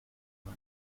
her